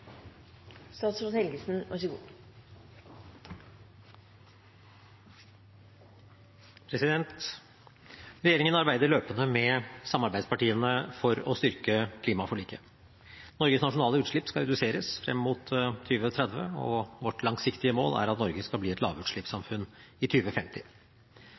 arbeider løpende sammen med samarbeidspartiene med å styrke klimaforliket. Norges nasjonale utslipp skal reduseres frem mot 2030, og vårt langsiktige mål er at Norge skal bli et lavutslippssamfunn i